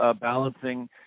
balancing